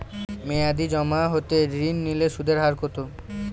মেয়াদী জমা হতে ঋণ নিলে সুদের হার কত?